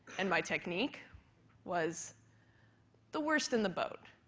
and my technique was the worst in the boat,